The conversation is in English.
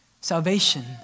Salvation